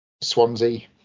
Swansea